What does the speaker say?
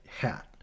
hat